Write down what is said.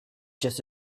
just